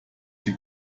sie